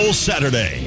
Saturday